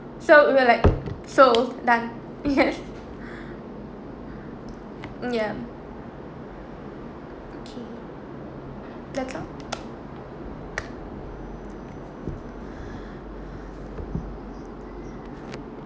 so we're like so done yes ya that's all